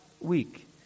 week